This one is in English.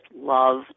love